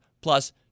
plus